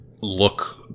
look